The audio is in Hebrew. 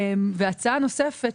והצעה נוספת,